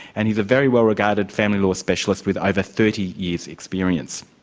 and he's a very well-regarded family law specialist with over thirty years experience.